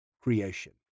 creation